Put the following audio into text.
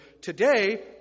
Today